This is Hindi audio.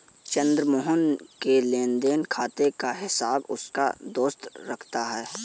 चंद्र मोहन के लेनदेन खाते का हिसाब उसका दोस्त रखता है